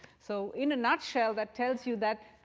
so in a nutshell, that tells you that